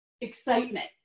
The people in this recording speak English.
excitement